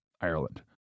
Ireland